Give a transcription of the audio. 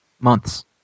Months